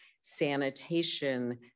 sanitation